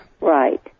Right